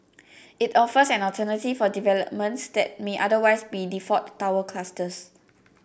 it offers an alternative for developments that might otherwise be default tower clusters